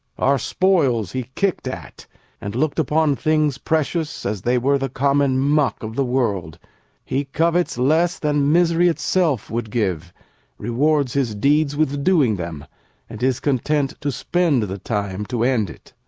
our spoils he kick'd at and looked upon things precious as they were the common muck of the world he covets less than misery itself would give rewards his deeds with doing them and is content to spend the time to end it.